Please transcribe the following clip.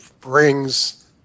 brings